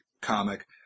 comic